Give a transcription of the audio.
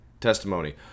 testimony